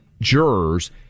jurors